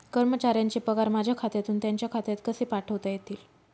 कर्मचाऱ्यांचे पगार माझ्या खात्यातून त्यांच्या खात्यात कसे पाठवता येतील?